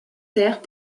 terres